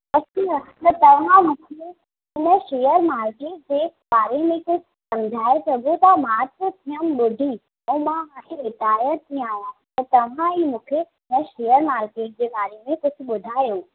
अच्छा त तव्हां मूंखे इन शेयर मार्किट जे बारे में कुझु सम्झाइ सघो था मां सिर्फ़ हीअं ॿुधी त मां हाणे रिटायर थी आहियां तव्हां ई मुखे बसि शेयर मार्किट जे बारे में कुझु ॿुधायो